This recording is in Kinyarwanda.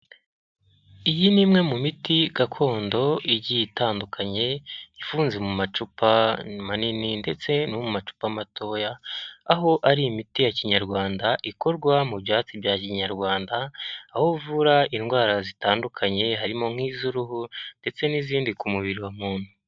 Iyi ni imwe mu miti gakondo igiye itandukanye ifunze mu macupa manini ndetse no mu macupa matoya, aho ari imiti ya kinyarwanda ikorwa mu byatsi bya kinyarwanda aho uvura indwara zitandukanye harimo nk'iz'uruhu ndetse n'izindi ku mubiri wa muntu.